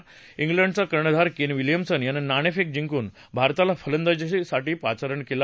न्यूझीलंडचा कर्णधार Kane Williamson यानं नाणेफेक जिंकून भारताला फलंदाजीसाठी पाचारण केलं